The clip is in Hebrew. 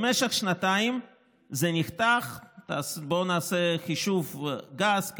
במשך שנתיים זה נחתך, בואו נעשה חישוב גס: